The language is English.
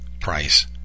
price